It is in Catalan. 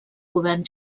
govern